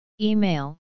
Email